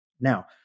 now